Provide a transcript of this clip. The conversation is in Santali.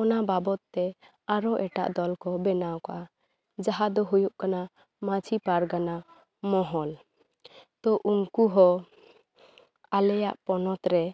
ᱚᱱᱟ ᱵᱟᱵᱚᱫ ᱛᱮ ᱟᱨᱚ ᱮᱴᱟᱜ ᱫᱚᱞ ᱠᱚ ᱵᱮᱱᱟᱜ ᱠᱟᱜᱼᱟ ᱡᱟᱦᱟᱸ ᱫᱚ ᱦᱩᱭᱩᱜ ᱠᱟᱱᱟ ᱢᱟᱹᱡᱷᱤ ᱯᱟᱨᱜᱟᱱᱟ ᱢᱚᱦᱚᱞ ᱛᱚ ᱩᱱᱠᱩ ᱦᱚᱸ ᱟᱞᱮᱭᱟᱜ ᱯᱚᱱᱚᱛ ᱨᱮ